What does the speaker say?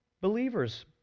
believers